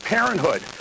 Parenthood